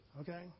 Okay